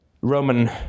Roman